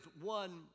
one